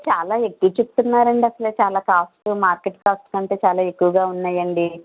చాలా ఎక్కువ చెప్తున్నారండి అసలు చాలా కాస్టు మార్కెట్ కాస్టు కంటే చాలా ఎక్కువగా ఉన్నాయండీ